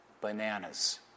Bananas